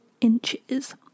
inches